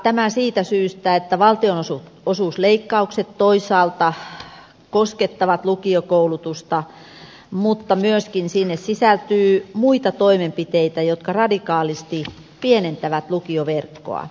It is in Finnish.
tämä siitä syystä että valtionosuusleikkaukset toisaalta koskettavat lukiokoulutusta mutta myöskin sinne sisältyy muita toimenpiteitä jotka radikaalisti pienentävät lukioverkkoa